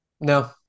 No